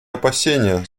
опасения